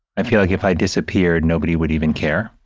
i feel like if i disappeared, nobody would even care.